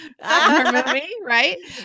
right